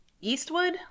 Eastwood